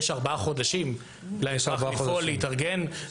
יש ארבעה חודשים לאזרח להתארגן,